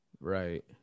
right